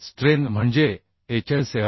strain म्हणजे HSFG